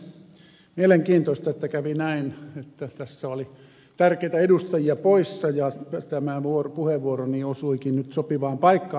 mielenkiintoista että kävi näin että tässä oli tärkeitä edustajia poissa ja tämä puheenvuoroni osuikin nyt sopivaan paikkaan